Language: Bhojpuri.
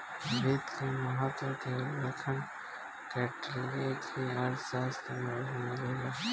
वित्त के महत्त्व के उल्लेख कौटिल्य के अर्थशास्त्र में भी मिलेला